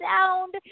sound